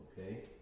Okay